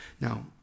Now